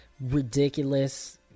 ridiculous